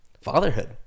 Fatherhood